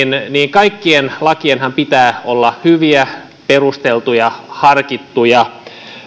kaikkien lakienhan pitää olla hyviä perusteltuja harkittuja